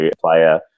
player